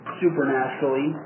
supernaturally